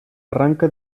arranque